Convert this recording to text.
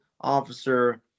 officer